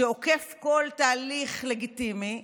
שעוקף כל תהליך לגיטימי,